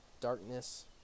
darkness